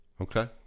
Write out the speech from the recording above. Okay